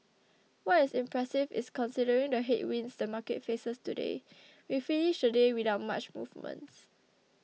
what is impressive is considering the headwinds the market faces today we finished the day without much movements